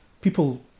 people